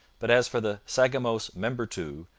but as for the sagamos membertou,